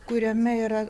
kuriame yra